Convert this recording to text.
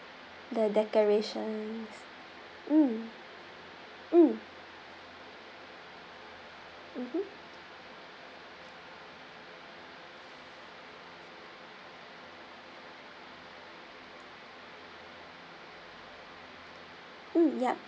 the decoration mm mm mmhmm mm yup